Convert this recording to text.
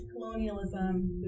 Colonialism